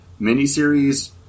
miniseries